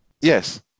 Yes